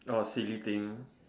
orh silly thing